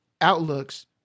outlooks